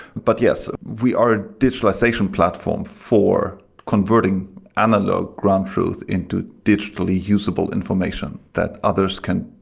but yes, we are a digitalization platform for converting analog ground truth into digitally usable information that others can,